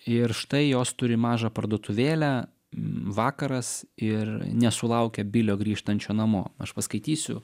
ir štai jos turi mažą parduotuvėlę vakaras ir nesulaukia bilio grįžtančio namo aš paskaitysiu